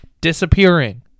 disappearing